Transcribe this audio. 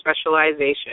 Specialization